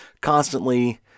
constantly